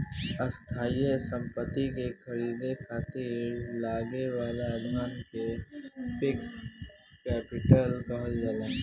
स्थायी सम्पति के ख़रीदे खातिर लागे वाला धन के फिक्स्ड कैपिटल कहल जाला